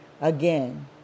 Again